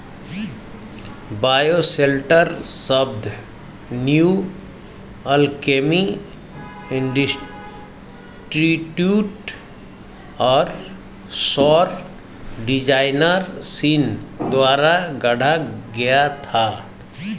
bioshelter शब्द new alchemy institute और सौर डिजाइनर सीन द्वारा गढ़ा गया था